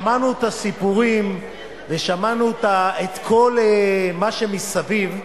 שמענו את הסיפורים ושמענו את כל מה שמסביב.